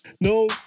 no